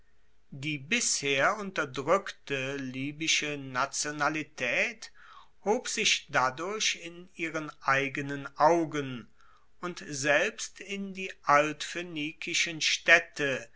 die bisher unterdrueckte libysche nationalitaet hob sich dadurch in ihren eigenen augen und selbst in die altphoenikischen staedte